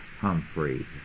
Humphrey